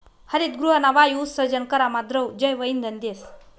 हरितगृहना वायु उत्सर्जन करामा द्रव जैवइंधन देस